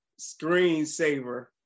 screensaver